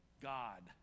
God